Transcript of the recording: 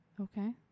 Okay